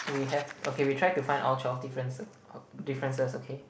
we have okay we try to find all twelve difference differences okay